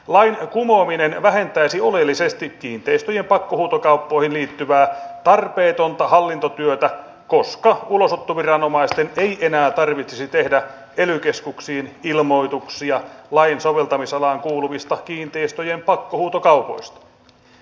lain kumoaminen vähentäisi oleellisesti kiinteistöjen pakkohuutokauppoihin liittyvää tarpeetonta hallintotyötä koska ulosottoviranomaisten ei enää tarvitsisi tehdä ely keskuksiin ilmoituksia lain soveltamisalaan kuuluvista kiinteistöjen pakkohuutokaupoista